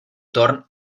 torn